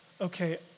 Okay